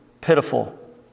pitiful